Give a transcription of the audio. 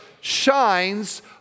shines